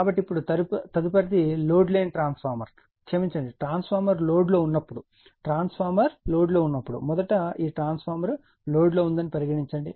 కాబట్టి ఇప్పుడు తదుపరిది లోడ్ లేని ట్రాన్స్ఫార్మర్ క్షమించండి ట్రాన్స్ఫార్మర్ లోడ్ లో ఉన్నప్పుడు ట్రాన్స్ఫార్మర్ లోడ్ లో ఉన్నప్పుడు మొదట ఈ ట్రాన్స్ఫార్మర్ లోడ్ లో ఉందని పరిగణించండి